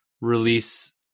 release